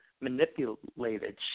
Manipulated